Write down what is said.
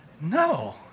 no